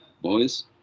boys